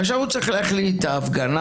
עכשיו הוא צריך להחליט: ההפגנה,